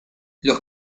los